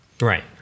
right